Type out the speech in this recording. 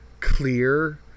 clear